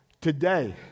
today